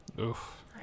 Oof